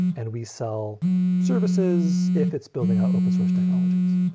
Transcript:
and we sell services if it's building out open source technologies.